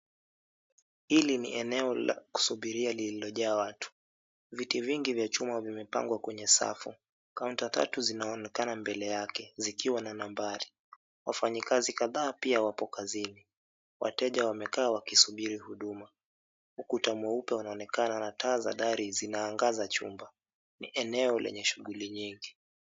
Hili ni eneo la kusubiria lililojaa watu. Viti vingi vya chuma vimepangwa kwenye safu. Kaunta tatu zinaonekana mbele yake zikiwa na nambari. Wafanyikazi kadhaa pia wapo kazini. Wateja wamekaa wakisubiri huduma. Ukuta mweupe unaonekana na taa za dari zinaangaza chumba. Ni eneo lenye shughuli nyingi.